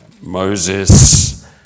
Moses